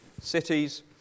cities